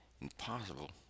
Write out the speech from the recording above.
impossible